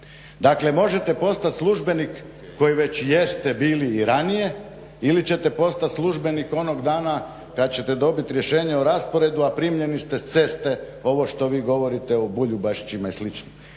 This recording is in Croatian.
Dakle, možete postat službenik koji već jeste bili i ranije ili ćete postat službenik onog dana kad ćete dobit rješenje o rasporedu a primljeni ste s ceste ovo što vi govorite o Buljubašićima i